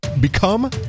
become